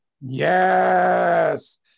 Yes